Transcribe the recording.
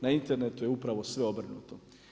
Na internetu je upravo sve obrnuto.